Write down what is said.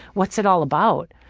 what's it all about?